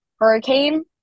hurricane